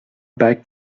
bek